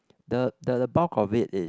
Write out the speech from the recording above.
the the the bulk of it is